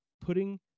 putting